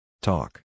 Talk